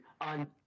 on